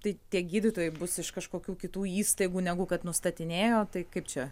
tai tie gydytojai bus iš kažkokių kitų įstaigų negu kad nustatinėjo tai kaip čia